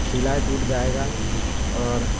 سلائی ٹوٹ جائے گا اور